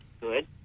good